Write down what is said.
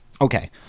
Okay